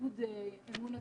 אמון הציבור.